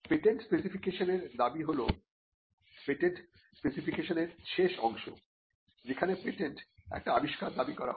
patent স্পেসিফিকেশনের দাবী হল পেটেন্ট স্পেসিফিকেশনের শেষ অংশ যেখানে পেটেন্ট একটি আবিষ্কার দাবি করা হয়